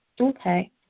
Okay